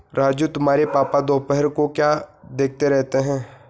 राजू तुम्हारे पापा दोपहर को क्या देखते रहते हैं?